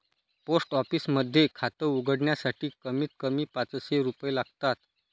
post office मध्ये खात उघडण्यासाठी कमीत कमी पाचशे रुपये लागतात